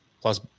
plus